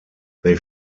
they